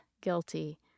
guilty